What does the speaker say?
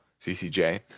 CCJ